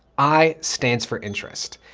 i stands for interest.